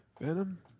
Venom